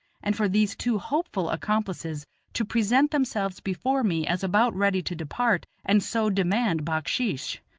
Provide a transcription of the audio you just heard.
and for these two hopeful accomplices to present themselves before me as about ready to depart, and so demand backsheesh.